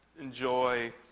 enjoy